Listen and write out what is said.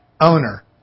Owner